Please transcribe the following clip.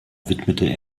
widmete